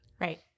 Right